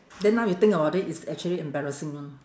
then now you think about it it's actually embarrassing lor